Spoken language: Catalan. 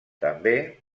també